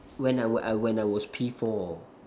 when I were uh when I was P four